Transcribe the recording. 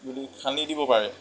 যদি খান্দি দিব পাৰে